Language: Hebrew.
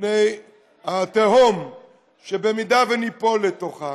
לפני התהום שאם ניפול לתוכה